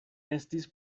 estis